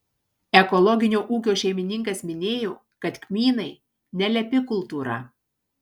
ekologinio ūkio šeimininkas minėjo kad kmynai nelepi kultūra